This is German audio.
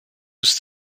ist